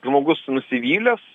žmogus nusivylęs